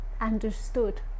understood